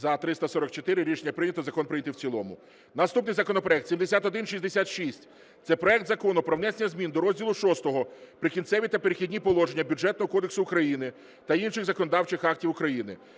За – 344 Рішення прийнято. Закон прийнятий в цілому. Наступний законопроект 7166. Це проект Закону про внесення змін до розділу VI "Прикінцеві та перехідні положення" Бюджетного кодексу України та інших законодавчих актів України.